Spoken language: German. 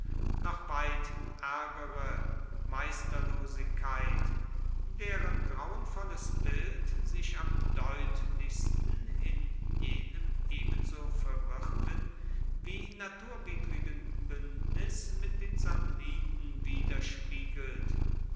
noch weit ärgere meisterlosigkeit deren grauenvolles bild sich am deutlichsten in jenem ebenso verwirrten wie naturwidrigen bündnis mit den samniten widerspiegelt